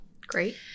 Great